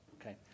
Okay